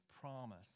promise